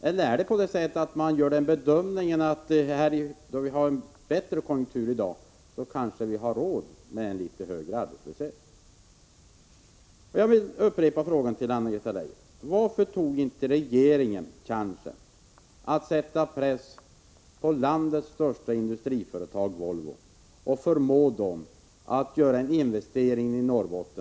Eller är det på det viset att man gör den bedömningen att nu när vi har en bättre konjunktur, kanske vi har råd med litet högre arbetslöshet? Jag vill upprepa min fråga till Anna-Greta Leijon: Varför tog inte regeringen chansen att sätta press på landets största industriföretag, Volvo, och förmå företaget att göra en investering i Norrbotten?